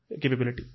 capability